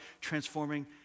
transforming